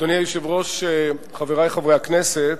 אדוני היושב-ראש, חברי חברי הכנסת,